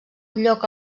lloc